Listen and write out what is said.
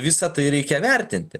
visa tai reikia vertinti